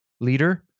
Leader